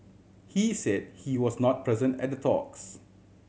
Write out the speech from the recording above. he said he was not present at the talks